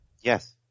Yes